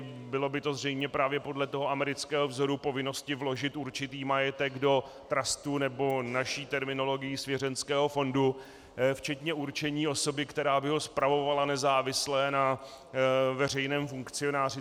Bylo by to zřejmě právě podle amerického vzoru povinnosti vložit určitý majetek do trastů, nebo naší terminologií svěřenského fondu včetně určení osoby, která by ho spravovala nezávisle na veřejném funkcionáři.